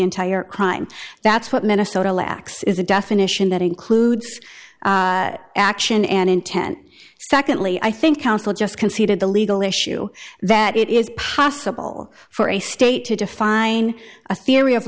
entire crime that's what minnesota lacks is a definition that includes action and intent secondly i think counsel just conceded the legal issue that it is possible for a state to define a theory of